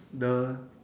the